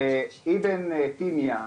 אבן תיימיה,